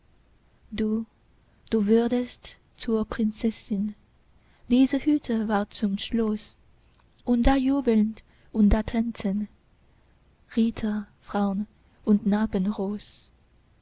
du du wurdest zur prinzessin diese hütte ward zum schloß und da jubeln und da tanzen ritter fraun und